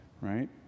right